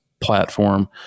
platform